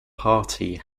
party